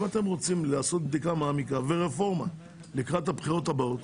אם אתם רוצים לעשות בדיקה מעמיקה ורפורמה לקראת הבחירות הבאות,